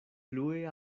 plue